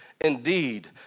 indeed